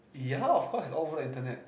yeah of course it's all over internet